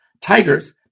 tigers